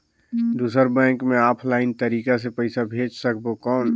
दुसर बैंक मे ऑफलाइन तरीका से पइसा भेज सकबो कौन?